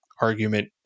argument